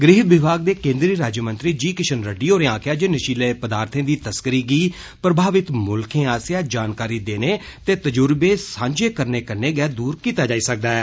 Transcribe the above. गृह विभाग दे केन्द्री राज्यमंत्री जी किश्न रेड्डी होरें आखेया जे नशीली पदार्थें दी तस्करी गी प्रभावित मुलखै आसेया जानकारी देने ते तजुर्बे सांझे करने कन्ने गै दूर किता जाई सकदा ऐ